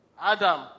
Adam